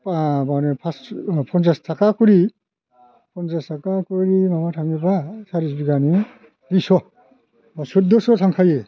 बा बावनो पास पन्सास थाखा करि पन्सास थाखा करि माबा थाङोबा सारि बिघानि दुइस' सुदद'स' थांखायो